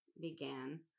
began